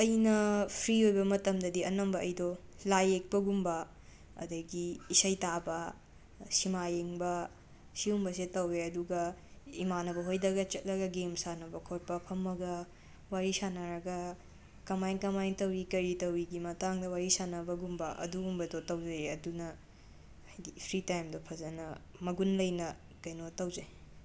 ꯑꯩꯅ ꯐ꯭ꯔꯤ ꯑꯣꯏꯕ ꯃꯇꯝꯗꯗꯤ ꯑꯅꯝꯕ ꯑꯩꯗꯣ ꯂꯥꯏ ꯌꯦꯛꯄꯒꯨꯝꯕ ꯑꯗꯒꯤ ꯏꯁꯩ ꯇꯥꯕ ꯁꯤꯃꯥ ꯌꯦꯡꯕ ꯁꯤꯒꯨꯝꯕꯁꯦ ꯇꯧꯋꯦ ꯑꯗꯨꯒ ꯏꯃꯥꯟꯅꯕ ꯍꯣꯏꯗꯒ ꯆꯠꯂꯒ ꯒꯦꯝ ꯁꯥꯟꯅꯕ ꯈꯣꯠꯄ ꯐꯝꯃꯒ ꯋꯥꯔꯤ ꯁꯥꯟꯅꯔꯒ ꯀꯃꯥꯏ ꯀꯃꯥꯏꯅ ꯇꯧꯔꯤ ꯀꯔꯤ ꯇꯧꯔꯤꯒꯤ ꯃꯇꯥꯡꯗ ꯋꯥꯔꯤ ꯁꯥꯟꯅꯕꯒꯨꯝꯕ ꯑꯗꯨꯒꯨꯝꯕꯗꯣ ꯇꯧꯖꯩꯌꯦ ꯑꯗꯨꯅ ꯍꯥꯏꯗꯤ ꯐ꯭ꯔꯤ ꯇꯥꯏꯝꯗꯣ ꯐꯖꯅ ꯃꯒꯨꯟ ꯂꯩꯅ ꯀꯩꯅꯣ ꯇꯧꯖꯩ